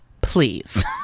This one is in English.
please